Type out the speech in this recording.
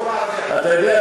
אתה יודע,